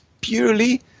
purely